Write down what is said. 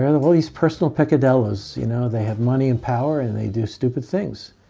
kind of all these personal peccadillos, you know, they have money and power and they do stupid things.